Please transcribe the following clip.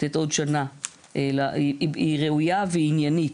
לתת עוד שנה היא ראויה ועניינית.